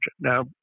Now